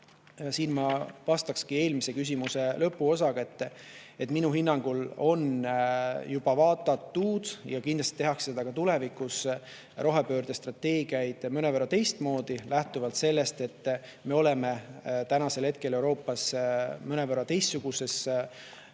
Siin ma vastaksin eelmise küsimuse lõpuosaga, et minu hinnangul on juba vaadatud – ja kindlasti tehakse seda ka tulevikus – rohepöördestrateegiaid mõnevõrra teistmoodi, lähtuvalt sellest, et me oleme praegu Euroopas mõnevõrra teistsuguses